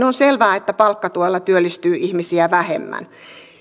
on selvää että palkkatuella työllistyy ihmisiä vähemmän